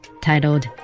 titled